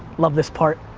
love this part.